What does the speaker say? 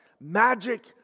magic